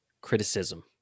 Criticism